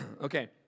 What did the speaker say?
Okay